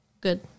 Good